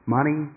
Money